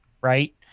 right